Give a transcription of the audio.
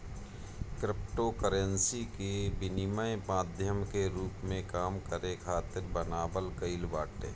cryptocurrency के विनिमय माध्यम के रूप में काम करे खातिर बनावल गईल बाटे